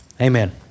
amen